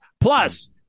Plus